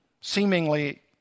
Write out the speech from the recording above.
seemingly